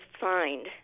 fined